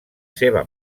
seva